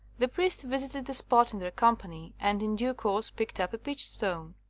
the priest visited the spot in their company, and in due course picked up a peach-stone.